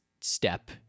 step